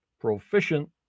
proficient